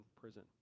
prison